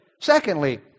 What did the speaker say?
Secondly